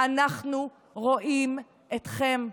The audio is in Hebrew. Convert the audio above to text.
אנחנו רואים אתכם.